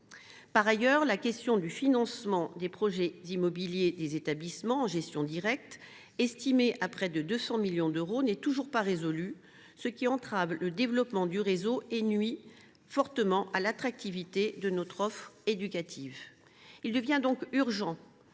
Par ailleurs, la question du financement des projets immobiliers des établissements en gestion directe, estimés à près de 200 millions d’euros, n’est toujours pas résolue, ce qui entrave le développement du réseau et nuit fortement à l’attractivité de notre offre éducative. Il devient donc urgent